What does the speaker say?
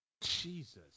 Jesus